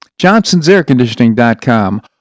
johnsonsairconditioning.com